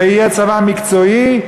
ויהיה צבא מקצועי,